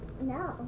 No